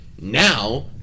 Now